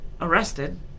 arrested